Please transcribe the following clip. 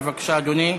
בבקשה, אדוני.